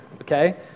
okay